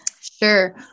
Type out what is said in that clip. sure